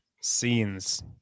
scenes